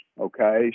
okay